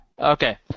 Okay